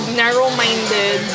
narrow-minded